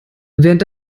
während